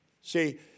See